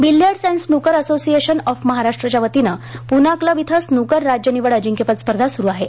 billiards and snooker association of महाराष्ट्रच्यावतीनं Poona club इथं snooker राज्य निवड अजिंक्यपद स्पर्धा स्रु आहे